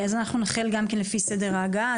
אז אנחנו נתחיל גם כן לפי סדר ההגעה.